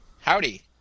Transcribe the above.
Howdy